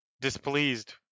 displeased